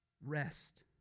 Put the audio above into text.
Rest